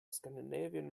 scandinavian